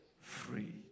free